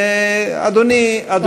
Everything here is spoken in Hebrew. אדוני ידבר.